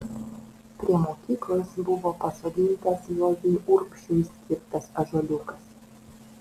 prie mokyklos buvo pasodintas juozui urbšiui skirtas ąžuoliukas